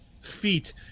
feet